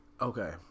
Okay